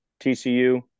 TCU